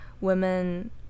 women